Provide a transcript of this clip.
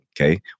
Okay